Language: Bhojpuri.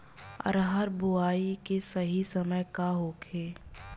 अरहर बुआई के सही समय का होखे?